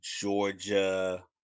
Georgia –